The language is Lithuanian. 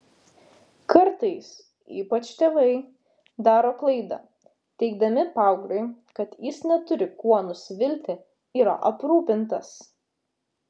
kartais ypač tėvai daro klaidą teigdami paaugliui kad jis neturi kuo nusivilti yra aprūpintas